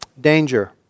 Danger